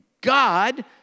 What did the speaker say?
God